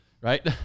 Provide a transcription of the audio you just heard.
right